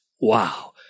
Wow